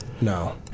No